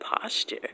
posture